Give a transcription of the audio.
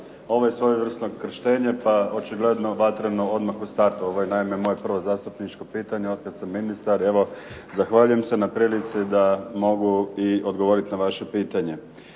Ovo je svojevrsno krštenje, pa očigledno vatreno odmah u startu. Ovo je naime moje prvo zastupničko pitanje od kad sam ministar. Evo, zahvaljujem se na prilici da mogu odgovoriti i na vaše pitanje.